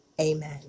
amen